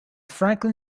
franklin